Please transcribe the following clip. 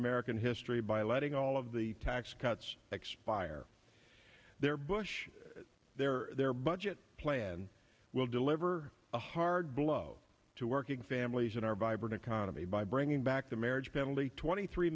american history by letting all of the tax cuts expire their bush their their budget plan will deliver a hard blow to working families in our vibrant economy by bringing back the marriage penalty twenty three